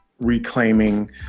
reclaiming